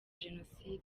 jenoside